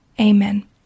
amen